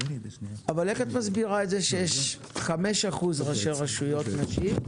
אבל איך את מסבירה את זה שיש 5% ראשת רשויות נשים,